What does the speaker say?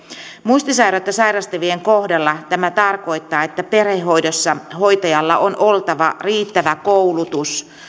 muistisairautta sairastavien kohdalla tämä tarkoittaa että perhehoidossa hoitajalla on oltava riittävä koulutus